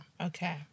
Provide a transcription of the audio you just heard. Okay